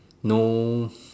no